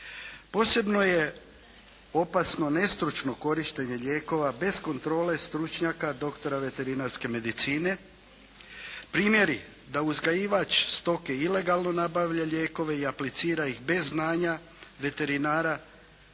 Posebno je opasno nestručno korištenje lijekova bez kontrole stručnjaka doktora veterinarske medicine. Primjeri da uzgajivač stoke ilegalno nabavlja lijekove i aplicira ih bez znanja veterinara,